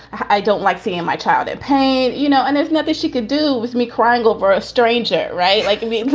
i don't like seeing my child in pain, you know, and there's nothing she could do with me. korangal for a stranger. right. like me.